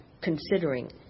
considering